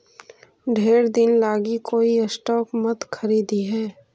ढेर दिन लागी कोई स्टॉक मत खारीदिहें